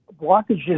blockages